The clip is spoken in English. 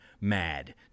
mad